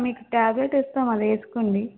మీకు టాబ్లెట్ ఇస్తాం అది వేసుకోండి